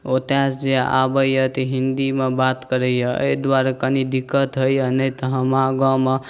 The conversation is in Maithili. ओतय से जे आबैए तऽ हिन्दीमे बात करैए एहि दुआरे कनी दिक्कत होइए नहि तऽ हम अहाँ गाँवमे